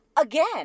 again